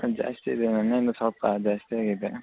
ಹಾಂ ಜಾಸ್ತಿ ಇದೆ ನೆನ್ನೆಯಿಂದ ಸ್ವಲ್ಪ ಜಾಸ್ತಿಯಾಗಿದೆ